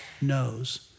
knows